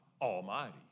Almighty